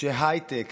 שהייטק